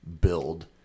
build